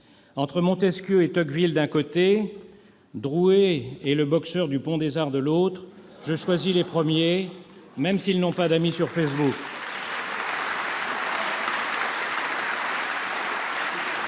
Entre Montesquieu et Tocqueville, d'un côté, Drouet et le boxeur du pont des Arts, de l'autre, je choisis les premiers, même s'ils n'ont pas d'amis sur Facebook.